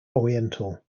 oriental